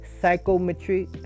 psychometry